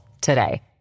today